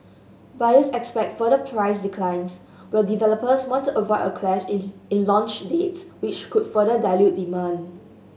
buyers expect further price declines while developers want to avoid a clash in in launch dates which could further dilute demand